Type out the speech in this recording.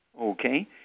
Okay